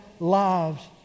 lives